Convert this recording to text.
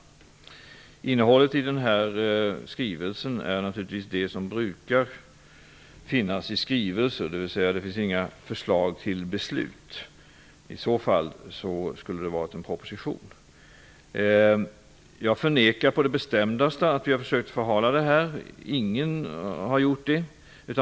Innehållet i den här skrivelsen är naturligtvis sådant som brukar finnas i skrivelser, dvs. det finns inga förslag till beslut. Om sådana förslag hade funnits, hade det varit en proposition. Jag förnekar på det bestämdaste att vi har försökt förhala ärendet, ingen har gjort det.